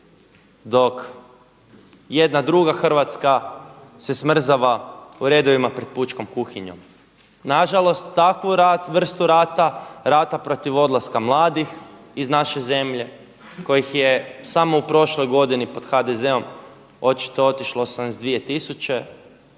dok jedna druga Hrvatska se smrzava u redovima pred pučkom kuhinjom. Na žalost, takvu vrstu rata, rata protiv odlaska mladih iz naše zemlje kojih je samo u prošloj godinu pod HDZ-om očito otišlo 82 tisuće,